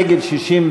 נגד,